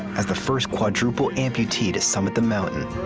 as the first quadruple amputee to summit the mountain.